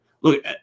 look –